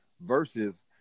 versus